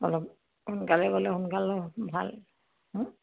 অলপ সোনকালে গ'লে সোনকালে ভাল